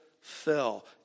fell